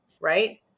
Right